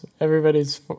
Everybody's